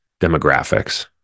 demographics